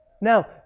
Now